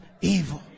evil